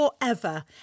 forever